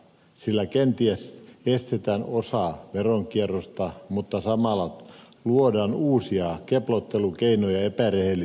sillä kenties estetään osa veronkierrosta mutta samalla luodaan uusia keplottelukeinoja epärehellisille yrittäjille